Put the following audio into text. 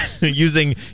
using